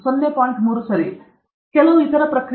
ಕೆಲವು ಇತರ ಪ್ರಕ್ರಿಯೆಗಳು 0